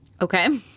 Okay